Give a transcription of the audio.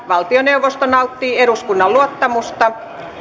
valtioneuvosto eduskunnan luottamusta